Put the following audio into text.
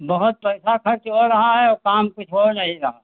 बहुत पैसा ख़र्च हो रहा है और काम कुछ हो नहीं रहा